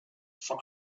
for